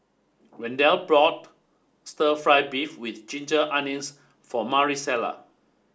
Wendell bought Stir Fry Beef with ginger onions for Maricela